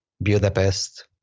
Budapest